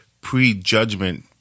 prejudgment